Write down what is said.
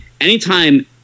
anytime